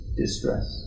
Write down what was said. distress